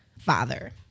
father